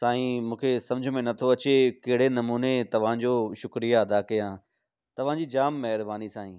साईं मूंखे समुझ में नथो अचे कहिड़े नमूने तव्हां जो शुक्रिया अदा कयां तव्हां जी जामु महिरबानी साईं